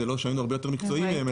זה לא שהיינו הרבה יותר מקצועיים מהם,